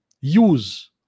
use